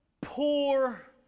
poor